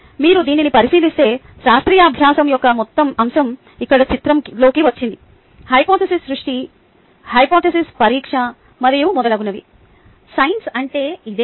మీరు దీనిని పరిశీలిస్తే శాస్త్రీయ అభ్యాసం యొక్క మొత్తం అంశం ఇక్కడ చిత్రంలోకి వచ్చింది హైపొథేసిస్ సృష్టి హైపొథేసిస్ పరీక్ష మరియు మొదలగునవి సైన్స్ అంటే ఇదే